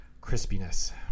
crispiness